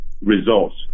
Results